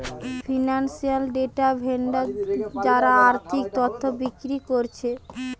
financial data vendor যারা আর্থিক তথ্য বিক্রি কোরছে